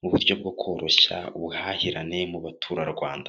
mu buryo bwo koroshya ubuhahirane mu baturarwanda.